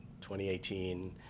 2018